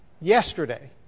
yesterday